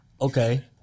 Okay